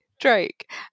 Drake